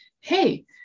hey